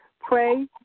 pray